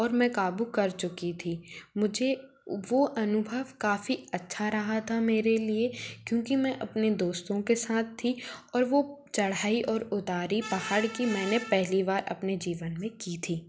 और मैं काबू कर चुकी थी मुझे वह अनुभव काफ़ी अच्छा रहा था मेरे लिए क्योंकि मैं अपने दोस्तों के साथ थी और वह चढ़ाई और उतारी पहाड़ की मैंने पहली बार अपने जीवन में की थी